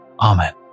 Amen